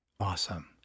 Awesome